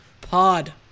Pod